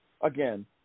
again